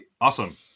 Awesome